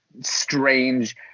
strange